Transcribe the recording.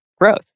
growth